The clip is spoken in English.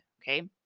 okay